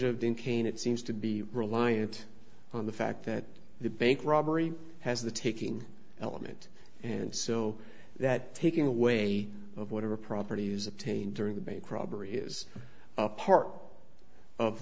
dean cain it seems to be reliant on the fact that the bank robbery has the taking element and so that taking away of whatever property was obtained during the bank robbery is part of